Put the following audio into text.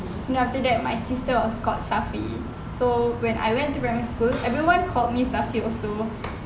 then after that my sister was called safi so when I went to primary school everyone called me safi also